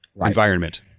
environment